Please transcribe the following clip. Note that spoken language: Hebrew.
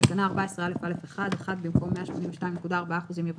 בתקנה 14א(א)(1) - במקום "182.4%" יבוא